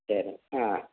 சரி ஆ